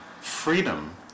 freedom